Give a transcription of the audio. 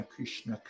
Krishna